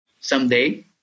someday